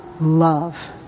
love